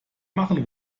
machen